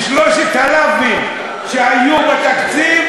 בשלושת הלאווים שהיו בתקציב,